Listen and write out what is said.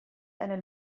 eine